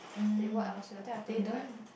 they work elsewhere I think I told you right